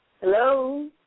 Hello